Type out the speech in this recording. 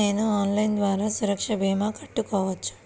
నేను ఆన్లైన్ ద్వారా సురక్ష భీమా కట్టుకోవచ్చా?